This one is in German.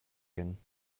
gehen